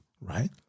right